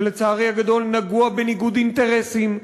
שלצערי הגדול נגוע בניגוד אינטרסים,